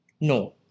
No